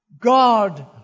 God